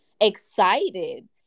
excited